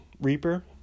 reaper